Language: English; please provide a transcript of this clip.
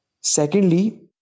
secondly